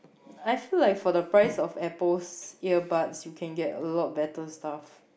I feel like for the price of Apple's earbuds you can get a lot better stuff